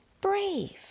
brave